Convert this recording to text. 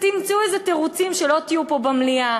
תמצאו איזה תירוצים שלא תהיו פה במליאה.